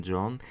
John